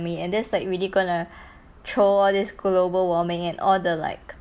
and that's like really gonna throw all this global warming and all the like